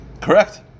correct